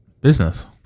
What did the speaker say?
Business